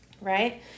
Right